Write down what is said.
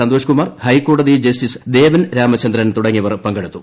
സന്തോഷ്കുമാർ ഹൈക്കോടതി ജസ്റ്റിസ് ദേവൻ രാമചന്ദ്രൻ തുടങ്ങിയവർ പങ്കെടുത്തു